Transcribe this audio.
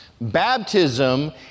Baptism